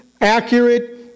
accurate